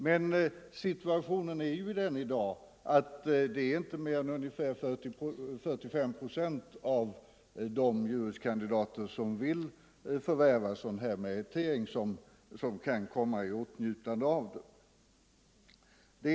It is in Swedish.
Men situationen är ju den i dag att det inte är mer än 45 procent av de juris kandidater som «Nr 122 vill förvärva sådan Här meritering Te kan komma i åtnjutande av den.